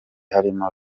harimo